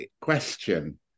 question